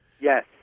Yes